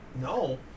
No